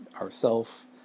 ourself